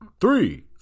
three